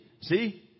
see